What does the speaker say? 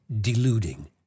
deluding